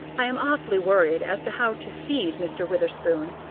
i am awfully worried as to how to feed mr. witherspoon.